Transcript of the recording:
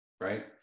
right